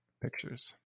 pictures